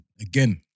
again